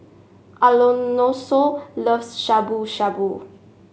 Alonso loves Shabu Shabu